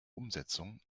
umsetzung